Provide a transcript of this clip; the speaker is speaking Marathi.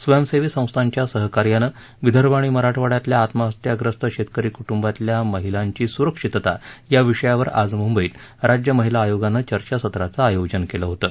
स्वयंसेवी संस्थांच्या सहकार्यानं विदर्भ आणि मराठवाड्यातल्या आत्महत्याप्रस्त शेतकरी कुटुंबातल्या महिलांची सुरक्षितता या विषयावर आज मुंबईत राज्य महिला आयोगानं चर्चासत्राचं अयोजन केलं होतं